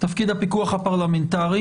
תפקיד הפיקוח הפרלמנטרי.